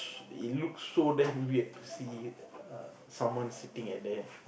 it looks so damn weird to see err someone sitting at there